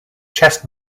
chest